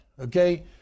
okay